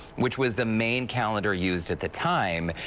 which was the main calendar used at the time.